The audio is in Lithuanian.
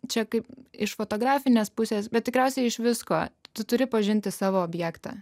čia kaip iš fotografinės pusės bet tikriausiai iš visko tu turi pažinti savo objektą